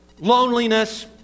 loneliness